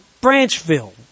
Branchville